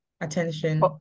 Attention